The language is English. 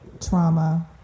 trauma